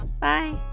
Bye